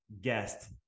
guest